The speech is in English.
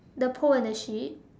the pool and the sheep